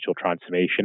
transformation